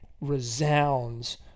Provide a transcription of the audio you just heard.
resounds